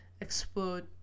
explode